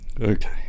Okay